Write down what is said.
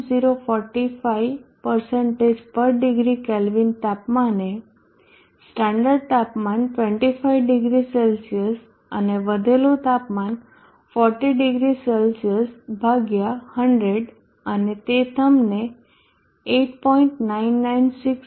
045 પર degree kelvin તાપમાને standard તાપમાન 250Cઅને વધેલું તાપમાન 400 C ભાગ્યા 100 અને તે તમને 8